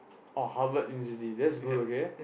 oh Harvard University that's good okay